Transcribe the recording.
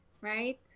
right